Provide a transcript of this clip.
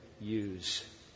use